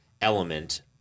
element